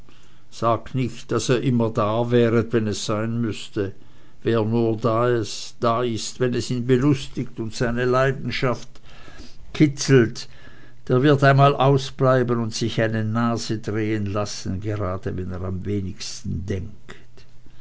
sagt nicht daß ihr immer da wäret wenn's sein müßte wer nur da ist wenn es ihn belustigt und seine leidenschaft kitzelt der wird einmal ausbleiben und sich eine nase drehen lassen gerade wenn er am wenigsten daran denkt